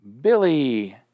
Billy